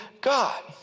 God